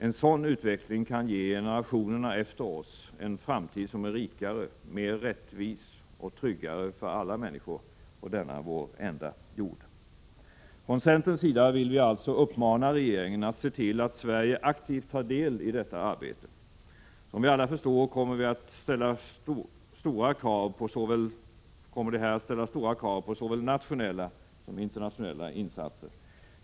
En sådan utveckling kan ge generationerna efter oss en framtid som är rikare, mer rättvis och tryggare för alla människor på denna vår enda jord. Från centerns sida vill vi alltså uppmana regeringen att se till att Sverige aktivt tar del i detta arbete. Som vi alla förstår kommer det att ställas stora krav på såväl nationella som internationella insatser.